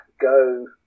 go